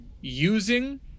using